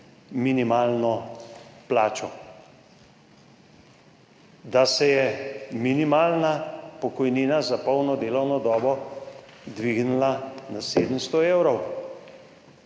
minimalno plačo, da se je minimalna pokojnina za polno delovno dobo dvignila na 700 evrov,